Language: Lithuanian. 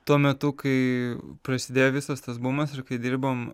tuo metu kai prasidėjo visas tas bumas ir kai dirbom